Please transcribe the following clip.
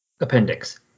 appendix